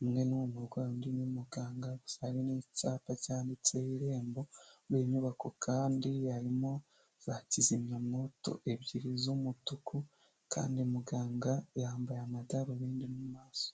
umwe ni umurwayi undi ni umuganga gusa hari n'icyapa cyanditseho irembo, muri iyo nyubako kandi harimo za kizimyamwoto ebyiri z'umutuku kandi muganga yambaye amadarubindi mu maso.